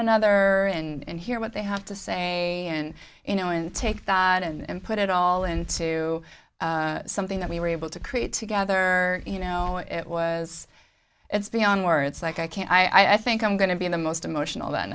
another and hear what they have to say and you know and take that and put it all into something that we were able to create together you know it was it's beyond words like i can't i think i'm going to be the most emotional that